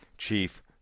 Chief